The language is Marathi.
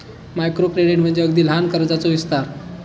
मायक्रो क्रेडिट म्हणजे अगदी लहान कर्जाचो विस्तार